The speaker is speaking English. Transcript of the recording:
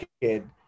kid